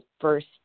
first